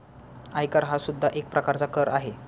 आयकर हा सुद्धा एक प्रकारचा कर आहे